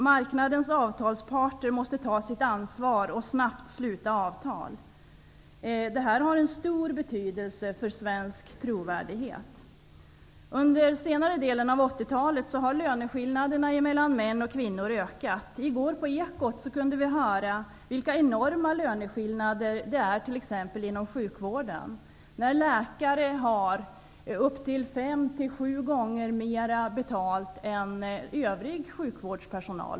Marknadens avtalsparter måste ta sitt ansvar och snabbt träffa avtal. Det har stor betydelse för svensk trovärdighet. Under senare delen av 80-talet har löneskillnaderna mellan män och kvinnor ökat. I går kunde vi på Ekot höra vilka enorma löneskillnader som finns, inte minst inom sjukvården. Läkare har fem till sju gånger mer betalt än övrig sjukvårdspersonal.